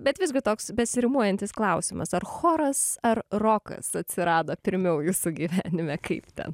bet visgi toks besirimuojantis klausimas ar choras ar rokas atsirado pirmiau jūsų gyvenime kaip ten